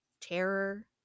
terror